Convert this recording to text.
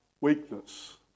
weakness